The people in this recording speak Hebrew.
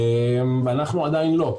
ואנחנו עדיין לא.